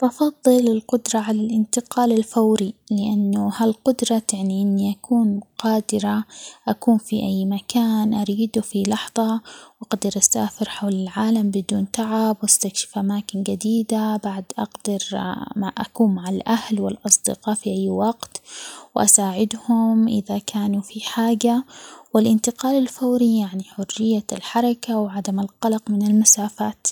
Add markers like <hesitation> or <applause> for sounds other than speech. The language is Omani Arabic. بفضل القدرة على الانتقال الفوري؛ لأنه هالقدرة تعني إني أكون قادرة أكون في أي مكان أريده في لحظة ،وأقدر أسافر حول العالم بدون تعب، واستكشف أماكن جديدة بعد أقدر <hesitation> أكون مع الأهل والأصدقاء في أي وقت وأساعدهم إذا كانوا في حاجة، والانتقال الفوري يعني حرية الحركة، وعدم القلق من المسافات.